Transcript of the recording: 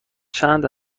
چند